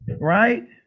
Right